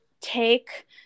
take